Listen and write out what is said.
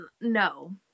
no